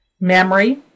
memory